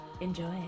Enjoy